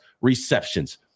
receptions